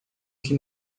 que